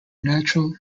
natural